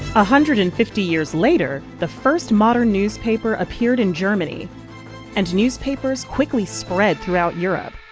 ah hundred and fifty years later, the first modern newspaper appeared in germany and newspapers quickly spread throughout europe.